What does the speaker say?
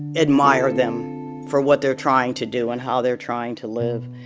admire them for what they're trying to do and how they're trying to live.